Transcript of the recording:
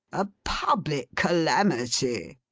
a public calamity!